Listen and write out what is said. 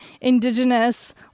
indigenous